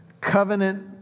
covenant